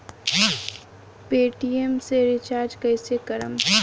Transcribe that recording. Paytm से recharge कईसे करम?